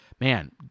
man